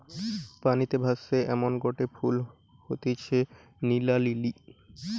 পানিতে ভাসে এমনগটে ফুল হতিছে নীলা লিলি